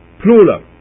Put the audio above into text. plural